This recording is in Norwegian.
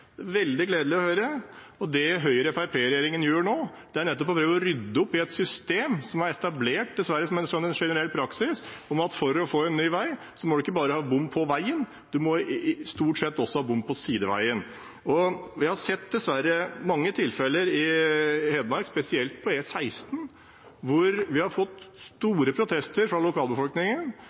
veldig gledelig å høre. Det Høyre–Fremskrittsparti-regjeringen gjør nå, er nettopp å rydde opp i et system som er etablert, dessverre, som en generell praksis om at for å få en ny vei må en ikke bare ha bom på veien, en må stort sett også ha bom på sideveien. Jeg har dessverre sett mange tilfeller i Hedmark, spesielt på E16, hvor vi har fått store protester fra lokalbefolkningen.